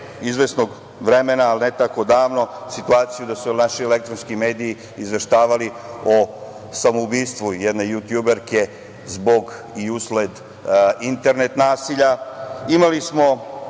izvesnog vremena, ne tako davno, situaciju da su naši elektronski mediji izveštavali o samoubistvu jedne jutjuberke zbog i usled internet nasilja.